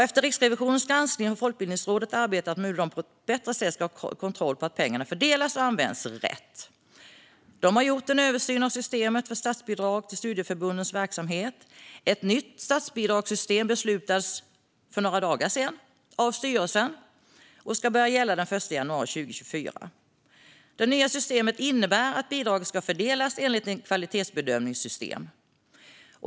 Efter Riksrevisionens granskning har Folkbildningsrådet arbetat med hur de på ett bättre sätt ska ha kontroll på att pengarna fördelas och används rätt. De har gjort en översyn av systemet för statsbidrag till studieförbundens verksamhet. Ett nytt statsbidragssystem beslutades för några dagar sedan av styrelsen och ska börja gälla den 1 januari 2024. Det nya systemet innebär att bidraget ska fördelas enligt ett kvalitetsbedömningssystem.